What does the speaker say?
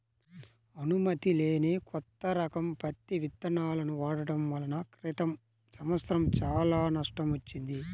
అనుమతి లేని కొత్త రకం పత్తి విత్తనాలను వాడటం వలన క్రితం సంవత్సరం చాలా నష్టం వచ్చింది